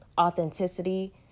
authenticity